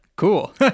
cool